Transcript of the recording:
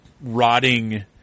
rotting